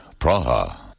Praha